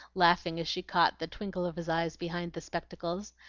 laughing as she caught the twinkle of his eyes behind the spectacles.